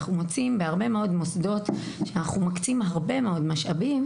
אנחנו מוצאים שיש הרבה מאוד מוסדות שאנחנו מקצים להם הרבה מאוד משאבים,